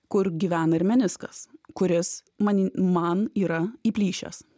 kur gyvena ir meniskas kuris manin man yra įplyšęs